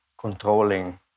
controlling